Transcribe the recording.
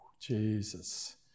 Jesus